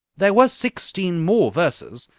there were sixteen more verses,